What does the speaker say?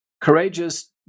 courageous